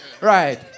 Right